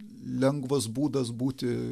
lengvas būdas būti